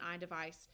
iDevice